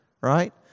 right